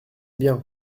bien